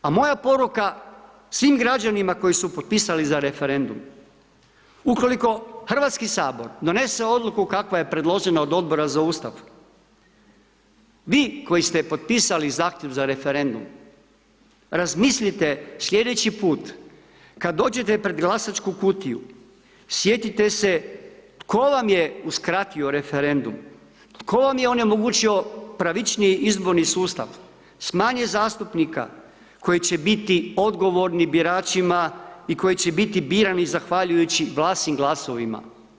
A moja poruka svim građanima koji su potpisali za referendum, ukoliko Hrvatski sabor donese odluku kakva je predložena od Odbora za Ustav, vi koji ste potpisali zahtjev za referendum, razmislite slijedeći put kad dođete pred glasačku kutiju, sjetite se tko vam je uskratio referendum, tko vam je onemogućio pravičniji izborni sustav s manje zastupnika koji će biti odgovorni biračima i koji će biti birani zahvaljujući vašim glasovima.